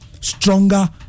stronger